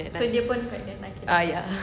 ah ya